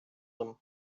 them